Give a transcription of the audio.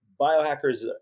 biohackers